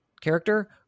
character